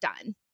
done